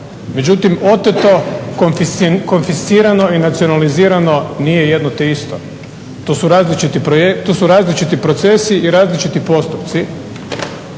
Međutim oteto, konfiscirano i nacionalizirano nije jedno te isto. To su različiti procesi i različiti postupci.